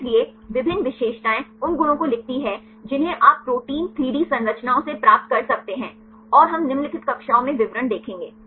इसलिए विभिन्न विशेषताएं उन गुणों को लिखती हैं जिन्हें आप प्रोटीन 3 डी संरचनाओं से प्राप्त कर सकते हैं और हम निम्नलिखित कक्षाओं में विवरण देखेंगे